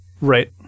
Right